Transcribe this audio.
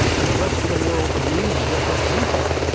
and the rest of the world needs different people.